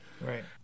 Right